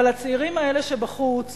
אבל לצעירים האלה שבחוץ